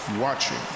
watching